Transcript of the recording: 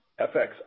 FX